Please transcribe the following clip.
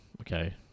okay